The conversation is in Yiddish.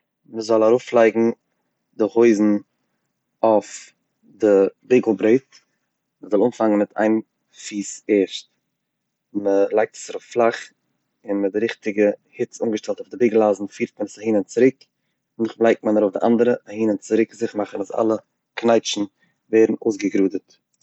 מ'זאל ארויפלייגן די הויזן אויף די ביגל ברעט, מ'זאל אנפאנגען מיט איין פיס ערשט און מען לייגט עס ארויף פלאך און מיט די ריכטיגע היץ אנגעשטעלט די ביגל אייזן פירט מען עס אהין און צוריק, נאכדעם לייגט מען ארויף די אנדערע אהין און צוריק, זיכער מאכן אז אלע קנייטשן ווערן אויסגעגראדעט.